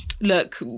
look